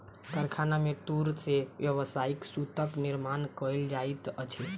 कारखाना में तूर से व्यावसायिक सूतक निर्माण कयल जाइत अछि